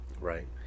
right